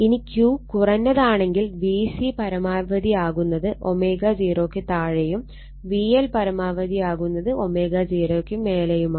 ഇനി Q കുറഞ്ഞതാണെങ്കിൽ VC പരമാവധിയാകുന്നത് ω0 ക്ക് താഴെയും VL പരമാവധിയാകുന്നത് ω0 ക്ക് മേലെയുമാണ്